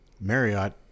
Marriott